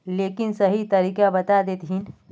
लेकिन सही तरीका बता देतहिन?